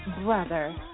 brother